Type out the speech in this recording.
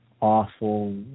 awful